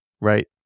right